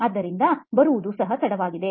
ಆದ್ದರಿಂದ ಬರುವುದು ಸಹ ತಡವಾಗಿದೆ